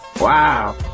Wow